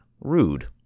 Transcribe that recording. rude